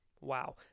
Wow